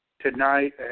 tonight